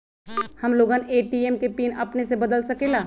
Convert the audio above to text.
हम लोगन ए.टी.एम के पिन अपने से बदल सकेला?